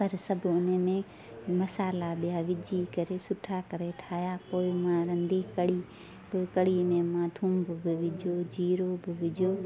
पर सभु उन्हीअ में मसाला ॿिया विझी करे सुठा करे ठाहिया पोइ मां रंधी कढ़ी कढ़ी में मां थूम बि विझो जीरो बि विझो